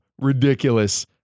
ridiculous